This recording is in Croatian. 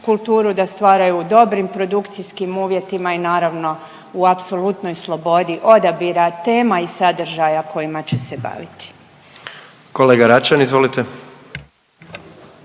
da stvaraju u dobrim produkcijskim uvjetima i naravno u apsolutnoj slobodi odabira tema i sadržaja kojima će se baviti. **Jandroković,